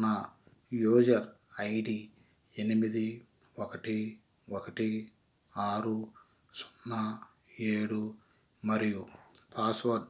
నా user I D ఎనిమిది ఒకటి ఒకటి ఆరు సున్నా ఏడు మరియు పాస్వర్డ్